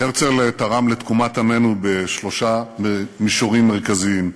הרצל תרם לתקומת עמנו בשלושה מישורים מרכזיים: